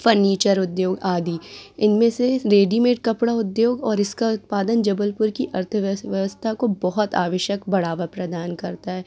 furniture उद्योग आदि इनमें से रेडीमेड कपड़ा उद्योग और इसका उत्पादन जबलपुर की अर्थ अर्थव्यवस्था को बहुत आवश्यक बढ़ावा प्रदान करता है